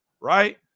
right